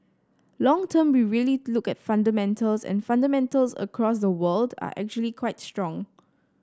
long term we really look at fundamentals and fundamentals across the world are actually quite strong